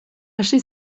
hasi